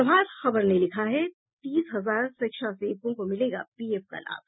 प्रभाात खबर ने लिखा है तीस हजार शिक्षा सेवकों को मिलेगा पीएफ का लाभ